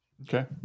Okay